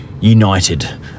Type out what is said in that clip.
united